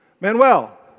Manuel